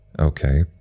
Okay